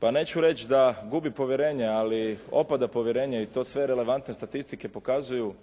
pa neću reć' da gubi povjerenje, ali opada povjerenje i to sve relevantne statistike pokazuju